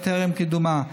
טרם קידומה.